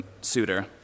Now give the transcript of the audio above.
suitor